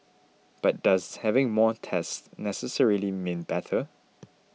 but does having more tests necessarily mean better